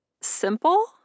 simple